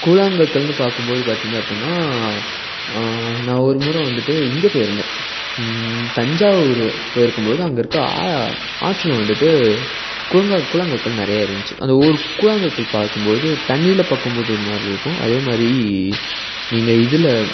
கூழாங்கற்கள்னு பார்க்கும்போது பார்த்தீங்க அப்புடினா நான் ஒரு முறை வந்துட்டு இங்கே போயிருந்தேன் தஞ்சாவூர் போயிருக்கும்போது அங்கிருக்க ஆ ஆற்றில் வந்துட்டு கூழா கூழாங்கற்கள் நிறையா இருந்துச்சி அந்த ஊர் கூழாங்கற்கள் பார்க்கும்போது தண்ணியில் பார்க்கும்போது ஒருமாதிரிருக்கும் அதேமாதிரி நீங்கள் இதில்